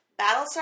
Battlestar